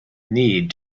need